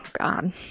God